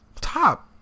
top